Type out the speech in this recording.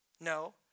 No